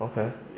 okay